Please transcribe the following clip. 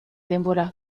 denbora